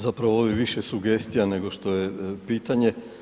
Zapravo, ovo je više sugestija nego što je pitanje.